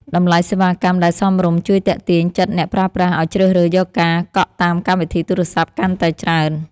តម្លៃសេវាកម្មដែលសមរម្យជួយទាក់ទាញចិត្តអ្នកប្រើប្រាស់ឱ្យជ្រើសរើសយកការកក់តាមកម្មវិធីទូរស័ព្ទកាន់តែច្រើន។